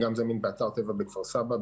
גם זמין באתר טבע בכפר סבא,